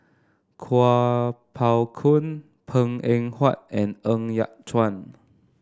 Kuo Pao Kun Png Eng Huat and Ng Yat Chuan